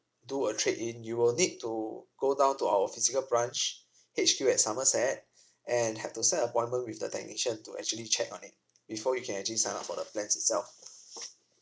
do a trade in you will need to go down to our physical branch H_Q at somerset and have to set appointment with the technician to actually check on it before you can actually sign up for the plans itself